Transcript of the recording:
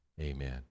amen